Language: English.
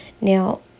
Now